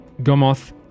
Gomoth